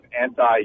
anti